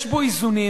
יש בו איזונים.